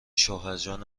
شوهرجان